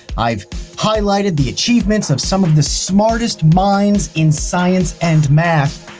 i've highlighted the achievements of some of the smartest minds in science and math.